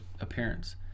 appearance